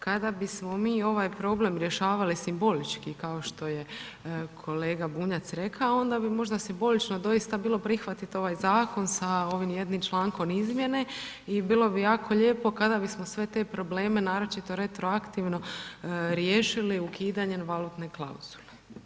Kada bismo mi ovaj problem rješavali simbolički, kao što je kolega Bunjac rekao, onda bi možda simbolički doista bilo prihvatit ovaj zakon sa ovim jednim člankom izmijene i bilo bi jako lijepo kada bismo sve te probleme naročito retroaktivno riješili ukidanjem valutne klauzule.